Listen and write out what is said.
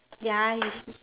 ya you sleep